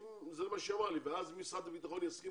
זה מה שהיא אמרה לי ואז אם משרד הביטחון יסכים